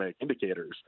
indicators